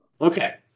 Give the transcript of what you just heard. Okay